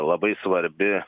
labai svarbi